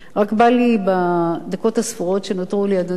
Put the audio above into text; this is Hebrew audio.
רק בא לי בדקות הספורות שנותרו לי, אדוני,